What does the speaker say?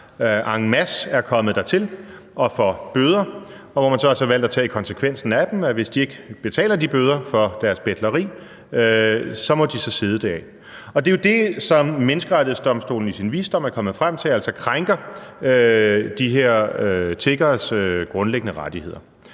en masse er kommet dertil og får bøder, og hvor man så har valgt at tage konsekvensen af det, nemlig at hvis de ikke betaler de bøder for deres betleri, så må de sidde det af. Det er jo det, som Menneskerettighedsdomstolen i sin visdom er kommet frem til altså krænker de her tiggeres grundlæggende rettigheder.